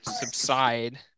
subside